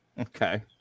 Okay